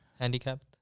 Handicapped